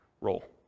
role